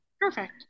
Perfect